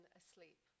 asleep